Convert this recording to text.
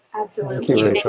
absolutely.